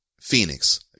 Phoenix